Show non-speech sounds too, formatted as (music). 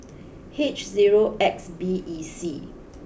(noise) H zero X B E C (noise)